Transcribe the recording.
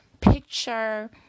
Picture